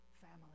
family